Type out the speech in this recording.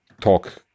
talk